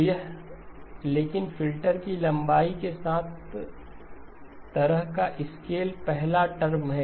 तो यह लेकिन फिल्टर की लंबाई के साथ इस तरह का स्केल पहला टर्म है